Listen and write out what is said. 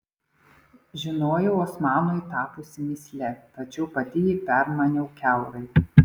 žinojau osmanui tapusi mįsle tačiau pati jį permaniau kiaurai